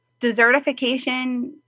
desertification